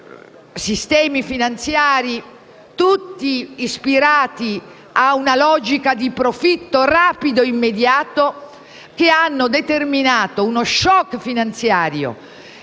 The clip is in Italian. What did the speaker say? sistemi finanziari tutti ispirati a una logica di profitto rapido e immediato che hanno determinato uno *shock* finanziario